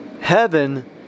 Heaven